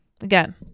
Again